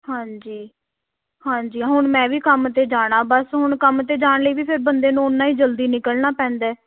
ਹਾਂਜੀ ਹਾਂਜੀ ਹੁਣ ਮੈਂ ਵੀ ਕੰਮ 'ਤੇ ਜਾਣਾ ਬਸ ਹੁਣ ਕੰਮ 'ਤੇ ਜਾਣ ਲਈ ਵੀ ਫਿਰ ਬੰਦੇ ਨੂੰ ਉੱਨਾ ਹੀ ਜਲਦੀ ਨਿਕਲਣਾ ਪੈਂਦਾ